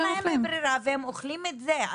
והם אוכלים את זה.